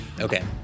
Okay